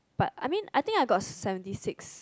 but I mean I think I got seventy six